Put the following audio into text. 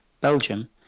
belgium